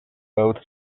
both